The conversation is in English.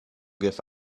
give